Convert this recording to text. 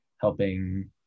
helping